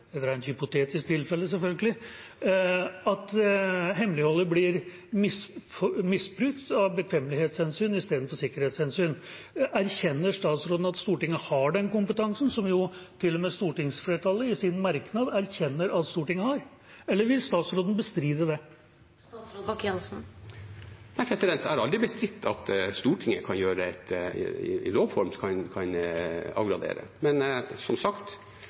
hypotetisk tilfelle, selvfølgelig – at hemmeligholdet blir misbrukt av bekvemmelighetshensyn i stedet for sikkerhetshensyn? Erkjenner statsråden at Stortinget har den kompetansen, som til og med stortingsflertallet i sin merknad erkjenner at Stortinget har, eller vil statsråden bestride det? Jeg har aldri bestridt at Stortinget i lovs form kan avgradere. Men, som sagt,